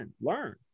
Learn